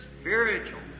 spiritual